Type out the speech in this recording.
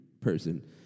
person